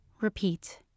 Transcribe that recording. repeat